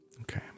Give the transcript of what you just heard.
Okay